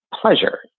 pleasure